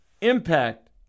impact